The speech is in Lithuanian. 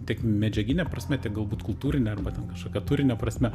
tiek medžiagine prasme tiek galbūt kultūrine arba ten kažkokia turinio prasme